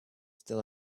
still